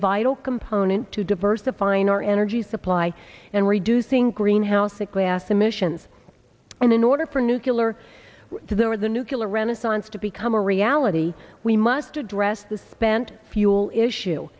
vital component to diversifying our energy supply and reducing greenhouse and grass emissions and in order for nucular to there the nucular renaissance to become a reality we must address the spent fuel issue